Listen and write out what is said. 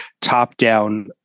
top-down